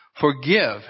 Forgive